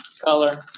color